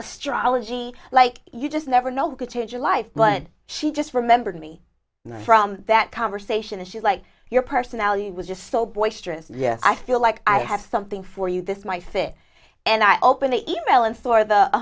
astrology like you just never know could change your life but she just remembered me from that conversation and she like your personality was just so boisterous yes i feel like i have something for you this might fit and i open the email and for the